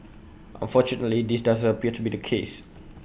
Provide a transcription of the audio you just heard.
unfortunately this doesn't appear to be the case